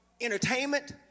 entertainment